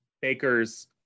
Baker's